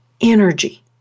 energy